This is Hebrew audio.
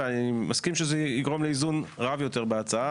ואני מסכים שזה יגרום לאיזון רב יותר בהצעה,